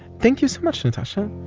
thank you so much natasha.